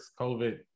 COVID